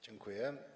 Dziękuję.